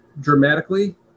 dramatically